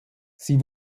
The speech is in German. sie